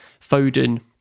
Foden